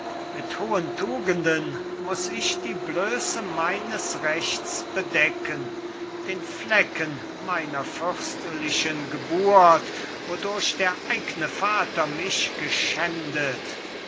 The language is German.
mit hohen tugenden muß ich die blöße meines rechts bedecken den flecken meiner fürstlichen geburt wodurch der eigne vater mich geschändet